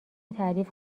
تعریف